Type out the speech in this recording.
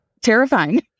Terrifying